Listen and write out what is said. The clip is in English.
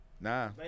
Nah